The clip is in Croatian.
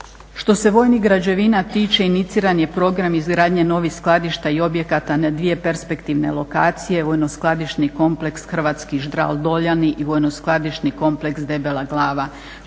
Što se vojnih građevina tiče iniciran je program izgradnje novih skladišta i objekata na dvije perspektivne lokacije, Vojno-skladišni kompleks Hrvatski ždral Doljani i Vojno-skladišni kompleks Debela glava.